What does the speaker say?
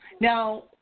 Now